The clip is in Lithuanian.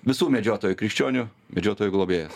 visų medžiotojų krikščionių medžiotojų globėjas